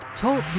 Talk